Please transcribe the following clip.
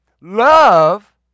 Love